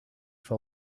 for